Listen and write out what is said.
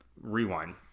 Rewind